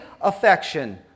affection